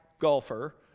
golfer